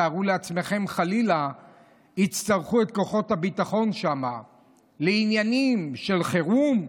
תארו לעצמכם שחלילה יצטרכו את כוחות הביטחון שם לעניינים של חירום.